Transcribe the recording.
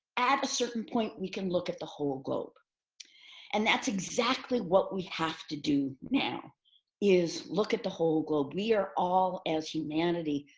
at a certain point, we can look at the whole globe and that's exactly what we have to do now is look at the whole globe. we are all, as humanity,